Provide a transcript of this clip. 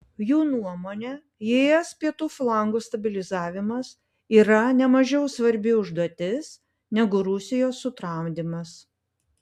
jų nuomone es pietų flango stabilizavimas yra nemažiau svarbi užduotis negu rusijos sutramdymas